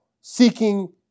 Seeking